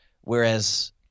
whereas